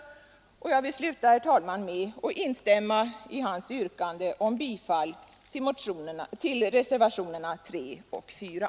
Herr talman! Jag vill sluta med att instämma i herr Lövenborgs yrkande om bifall till reservationerna 3 och 4.